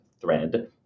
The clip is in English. thread